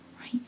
right